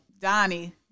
Donnie